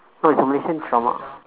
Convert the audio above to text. no it's a malaysian drama